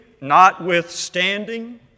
notwithstanding